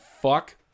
fuck